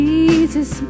Jesus